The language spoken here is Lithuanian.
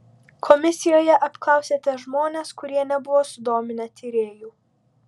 komisijoje apklausėte žmones kurie nebuvo sudominę tyrėjų